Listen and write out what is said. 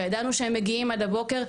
וידענו שהם מגיעים עד הבוקר,